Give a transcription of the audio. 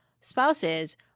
spouses